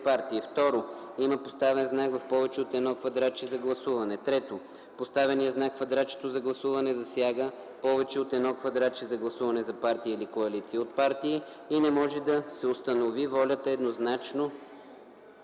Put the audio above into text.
партии. 2. има поставен знак в повече от едно квадратче за гласуване. 3. поставения знак в квадратчето за гласуване засяга повече от едно квадратче за гласуване за партия или коалиция от партии и не може да се установи еднозначно